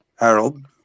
Harold